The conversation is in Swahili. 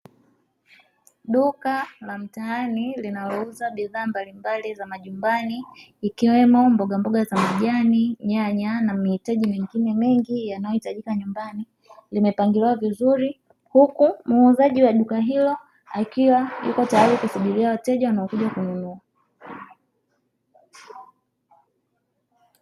Duka la mtaani linalouza bidhaa mbalimbali za majumbani, ikwemo mbogamboga za majani, nyanya, na mahitaji mengineyo mengi yanayohitajika nyumbani, limepangiliwa vizuri, huku muuzi wa duka hilo, akiwa yuko tayari kusubiria wateja wanaokuja kununua.